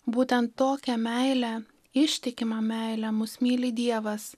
būtent tokia meile ištikima meile mus myli dievas